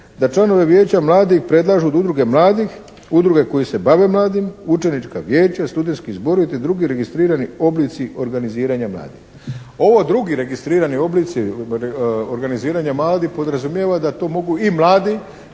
da članove vijeća mladih predlažu od udruge mladih, udruge koje se bave mladima, učenička vijeća, studenski zborovi te drugi registrirani oblici organiziranja mladih. Ovo drugi registrirani oblici organiziranja mladih podrazumijeva da mogu i mladi